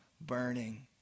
burning